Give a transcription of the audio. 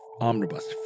Omnibus